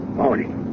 morning